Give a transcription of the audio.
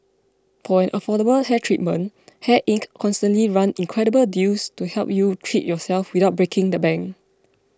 for an affordable hair treatment Hair Inc constantly run incredible deals to help you treat yourself without breaking the bank